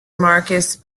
marcus